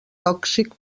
tòxic